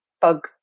bug